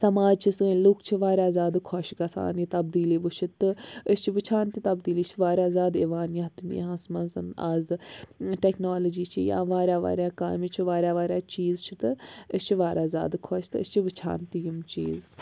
سماج چھُ سٲنۍ لوٗکھ چھِ واریاہ زِیادٕ خۄش گژھان یہِ تَبدیٖلی وُچھِتھ تہٕ أسۍ چھِ وُچھان تہٕ تَبدیٖلی واریاہ زِیادٕ یِوان یَتھ دُنیاہَس منٛز اَز ٹؠکنالوجی چھِ یا واریاہ واریاہ کامہِ چھِ واریاہ واریاہ چیٖز چھِ تہٕ أسۍ چھِ واریاہ زِیادٕ خۄش تہٕ أسۍ چھِ وُچھان تہِ یِم چیٖز